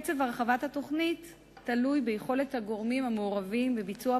קצב הרחבת התוכנית תלוי ביכולת הגורמים המעורבים בביצוע